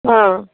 हँ